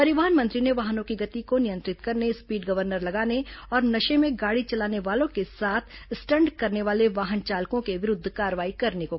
परिवहन मंत्री ने वाहनों की गति को नियंत्रित करने स्पीड गर्वनर लगाने और नशे में गाड़ी चलाने वालों के साथ साथ स्टंट करने वाले वाहनों चालकों के विरूद्व कार्रवाई करने को कहा